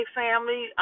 family